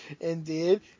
indeed